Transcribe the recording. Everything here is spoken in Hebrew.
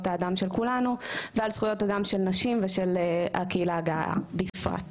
האדם של כולנו ועל זכויות אדם של נשים ושל הקהילה הגאה בפרט.